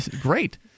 great